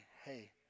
hey